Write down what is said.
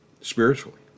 spiritually